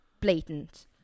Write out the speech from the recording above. blatant